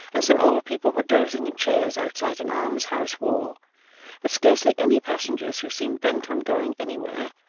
and some old people were dozing in chairs outside an alms-house wall but scarcely any passengers who seemed bent on going anywhere,